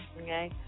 okay